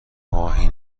ماهی